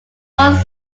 once